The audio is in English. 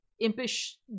impish